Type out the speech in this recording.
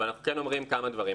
אבל אנחנו כן אומרים כמה דברים.